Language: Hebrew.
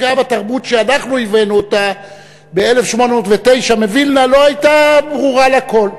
כשגם התרבות שאנחנו הבאנו ב-1809 מווילנה לא הייתה ברורה לכול.